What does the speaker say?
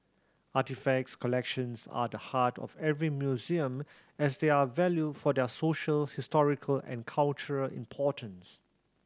artefact collections are the heart of every museum as they are valued for their social historical and cultural importance